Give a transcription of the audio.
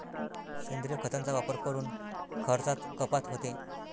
सेंद्रिय खतांचा वापर करून खर्चात कपात होते